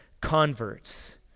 converts